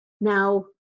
Now